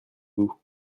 vous